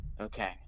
Okay